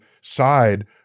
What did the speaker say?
side